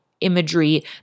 imagery